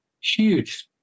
huge